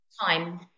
time